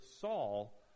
Saul